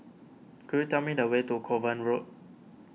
could you tell me the way to Kovan Road